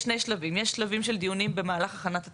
יש שלבים של דיונים במהלך הכנסת התוכנית,